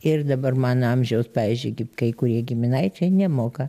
ir dabar mano amžiaus pavyzdžiui gi kai kurie giminaičiai nemoka